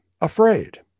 afraid